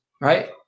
right